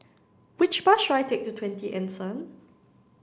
which bus should I take to Twenty Anson